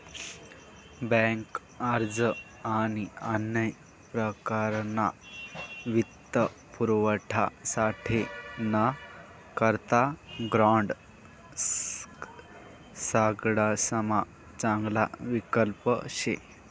bank अर्ज आणि अन्य प्रकारना वित्तपुरवठासाठे ना करता ग्रांड सगडासमा चांगला विकल्प शे